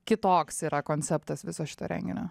kitoks yra konceptas viso šito renginio